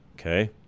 Okay